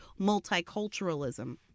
multiculturalism